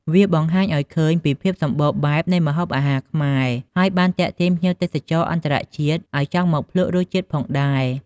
វាបង្ហាញឲ្យឃើញពីភាពសម្បូរបែបនៃម្ហូបអាហារខ្មែរ ហើយបានទាក់ទាញភ្ញៀវទេសចរអន្តរជាតិឲ្យចង់មកភ្លក្សរសជាតិផងដែរ។